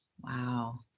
Wow